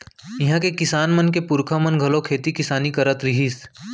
इहां के किसान मन के पूरखा मन घलोक खेती किसानी करत रिहिस